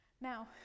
Now